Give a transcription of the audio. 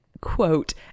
quote